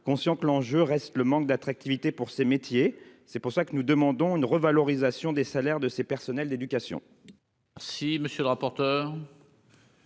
conscient que l'enjeu reste le manque d'attractivité pour ces métiers, c'est pour ça que nous demandons une revalorisation des salaires de ses personnels d'éducation.